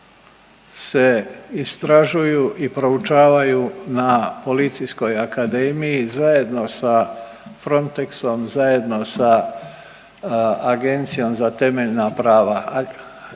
se istražuju i proučavaju na Policijskoj akademiji zajedno sa Frontexom, zajedno sa Agencijom za temeljna prava